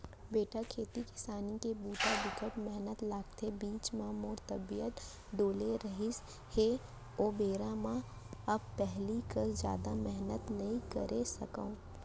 बेटा खेती किसानी के बूता बिकट मेहनत लागथे, बीच म मोर तबियत डोले रहिस हे ओ बेरा ले अब पहिली कस जादा मेहनत नइ करे सकव